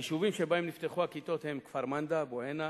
היישובים שבהם נפתחו הכיתות הם כפר-מנדא, בועינה,